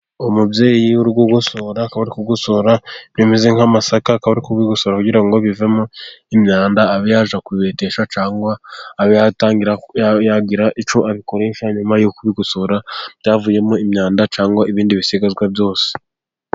Umubyeyi uri kugosora, akaba ari kugosora ibimeze nk'amasaka, akaba ari kubisora kugira ngo bivemo imyanda abe yajya kubibetesha cyangwa abe yagira icyo abikoresha, nyuma yo kubigosora byavuyemo imyanda, cyangwa ibindi bisigazwa byose.